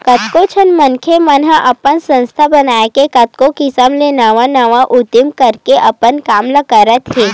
कतको झन मनखे मन ह अपन संस्था बनाके कतको किसम ले नवा नवा उदीम करके अपन काम ल करत हे